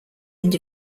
end